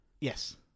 Yes